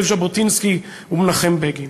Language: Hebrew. זאב ז'בוטינסקי ומנחם בגין.